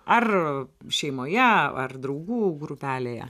ar šeimoje ar draugų grupelėje